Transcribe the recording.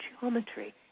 geometry